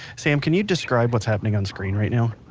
sam, can you describe what's happening on screen right now?